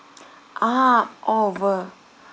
ah all over